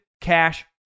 Cash